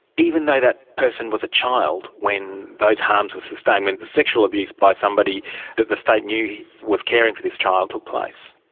even though that person was a child when those harms were sustained, when the sexual abuse by somebody that the state knew was caring for this child took place.